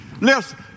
Listen